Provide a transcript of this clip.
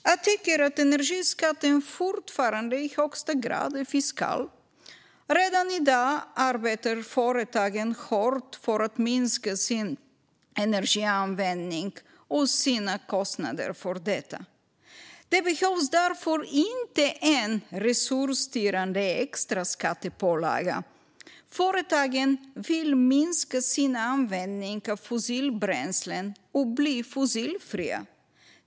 Jag tycker att energiskatten fortfarande i högsta grad är fiskal. Redan i dag arbetar företagen hårt för att minska sin energianvändning och sina kostnader för detta. Det behövs därför inte en resursstyrande extra skattepålaga. Företagen vill minska sin användning av fossilbränslen och bli fossilfria.